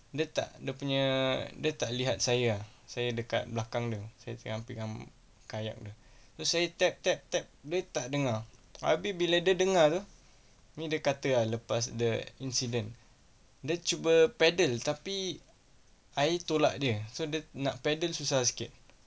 dia tak dia punya dia tak lihat saya saya dekat belakang dia saya sedang pegang kayak dia so saya tap tap tap dia tak dengar alright bila dia dengar ini dia kata ah lepas incident dia cuba paddle tapi I tolak dia so dia nak paddle susah sikit